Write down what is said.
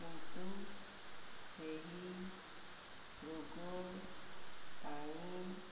କିନ୍ତୁ ସେହି ରୋଗ ପାଇଁ